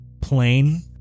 plain